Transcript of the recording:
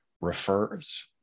refers